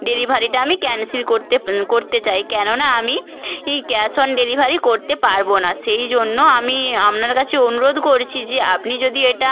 ডেলিভারিটা আমি ক্যানসেল করতে করতে চাই কেননা আমি ই ক্যাশ অন ডেলিভারি করতে পারব না সেই জন্য আমি আপনার কাছে অনুরোধ করছি যে আপনি যদি এটা